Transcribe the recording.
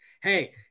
hey